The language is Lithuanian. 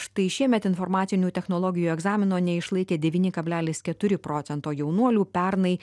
štai šiemet informacinių technologijų egzamino neišlaikė devyni kablelis keturi procento jaunuolių pernai